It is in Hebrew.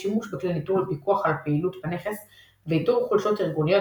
שימוש בכלי ניטור לפיקוח על הפעילות בנכס ואיתור חולשות ארגוניות,